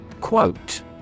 Quote